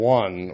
one